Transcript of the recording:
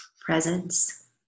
Presence